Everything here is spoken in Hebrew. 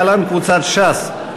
להלן: קבוצת סיעת ש"ס,